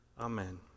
Amen